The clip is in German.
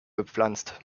bepflanzt